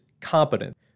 competent